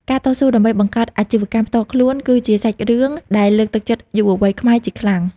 ការតស៊ូ ដើម្បីបង្កើតអាជីវកម្មផ្ទាល់ខ្លួនគឺជាសាច់រឿងដែលលើកទឹកចិត្តយុវវ័យខ្មែរជាខ្លាំង។